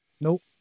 Nope